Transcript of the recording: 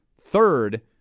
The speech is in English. third